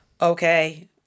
okay